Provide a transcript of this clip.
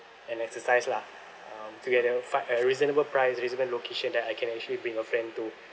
and exercise lah um together fi~ a reasonable price reasonable location that I can actually bring a friend to